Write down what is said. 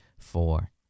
four